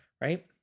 right